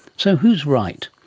so who's right?